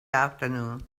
afternoon